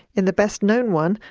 in the best known one,